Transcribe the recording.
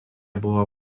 buvo